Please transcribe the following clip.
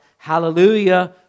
Hallelujah